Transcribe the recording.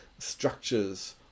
structures